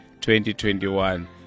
2021